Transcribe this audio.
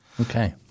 Okay